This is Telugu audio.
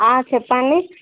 చెప్పండి